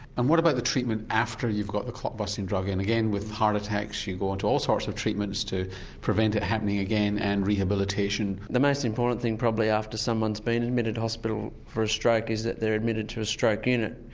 and what about the treatment after you've got the clot busting drug and again with heart attacks you go onto all sorts of treatments to prevent it happening again and rehabilitation? the most important thing probably after someone's been admitted to hospital for a stroke is that they are admitted to a stroke unit,